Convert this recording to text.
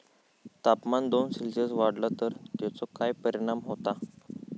तापमान दोन सेल्सिअस वाढला तर तेचो काय परिणाम होता?